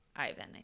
Ivan